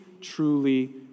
truly